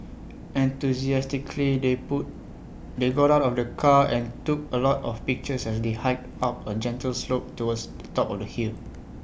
enthusiastically they boot they got out of the car and took A lot of pictures as they hiked up A gentle slope towards the top of the hill